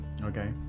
okay